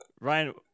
Ryan